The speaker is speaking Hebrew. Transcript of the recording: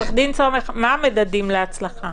מה המדדים להצלחה?